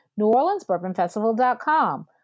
neworleansbourbonfestival.com